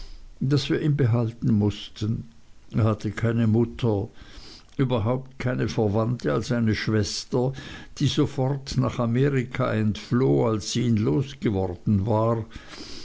daß wir ihn behalten mußten er hatte keine mutter überhaupt keine verwandte als eine schwester die sofort nach amerika entfloh als sie ihn losgeworden war